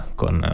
con